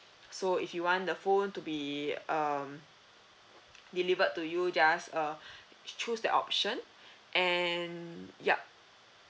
so if you want the phone to be um delivered to you just uh cho~ choose that option and yup